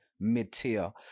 mid-tier